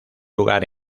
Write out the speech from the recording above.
lugar